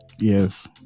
yes